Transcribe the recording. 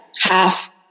half